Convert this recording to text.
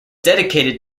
dedicated